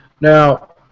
Now